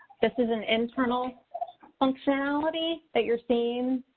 this is an internal functionality that you're seeing.